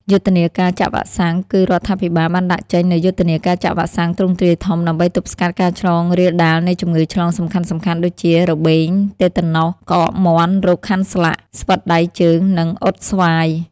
យុទ្ធនាការចាក់វ៉ាក់សាំង គឺរដ្ឋាភិបាលបានដាក់ចេញនូវយុទ្ធនាការចាក់វ៉ាក់សាំងទ្រង់ទ្រាយធំ ដើម្បីទប់ស្កាត់ការឆ្លងរាលដាលនៃជំងឺឆ្លងសំខាន់ៗដូចជា របេង តេតាណុស ក្អកមាន់ រោគខាន់ស្លាក់ ស្វិតដៃជើង និង អ៊ុតស្វាយ។